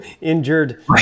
Injured